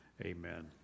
Amen